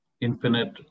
Infinite